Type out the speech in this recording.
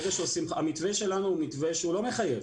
המתווה שלנו הוא מתווה לא מחייב,